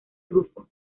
rufo